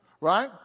right